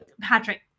Patrick